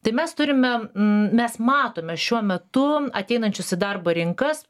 tai mes turime m mes matome šiuo metu ateinančius į darbo rinkas